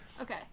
Okay